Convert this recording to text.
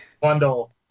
bundle